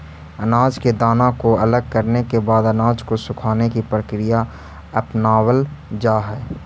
अनाज के दाना को अलग करने के बाद अनाज को सुखाने की प्रक्रिया अपनावल जा हई